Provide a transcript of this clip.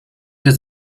der